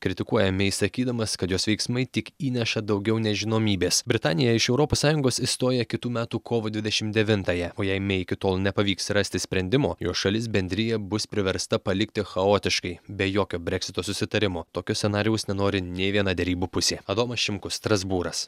kritikuoja mei sakydamas kad jos veiksmai tik įneša daugiau nežinomybės britanija iš europos sąjungos išstoja kitų metų kovo dvidešim devintąją o jei mei iki tol nepavyks rasti sprendimo jos šalis bendriją bus priversta palikti chaotiškai be jokio breksito susitarimo tokio scenarijaus nenori nė viena derybų pusė adomas šimkus strasbūras